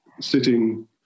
sitting